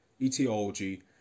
etiology